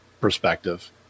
perspective